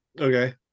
Okay